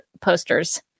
posters